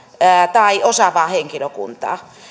tai osaavaa henkilökuntaa